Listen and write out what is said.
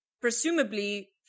presumably